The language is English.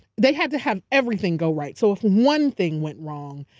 they had to have everything go right. so if one thing went wrong,